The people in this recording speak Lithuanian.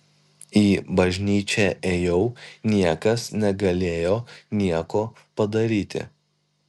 į bažnyčią ėjau niekas negalėjo nieko padaryti